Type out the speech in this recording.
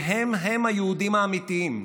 שהם-הם היהודים האמיתיים.